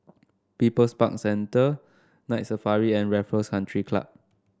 People's Park Centre Night Safari and Raffles Country Club